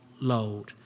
load